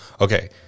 Okay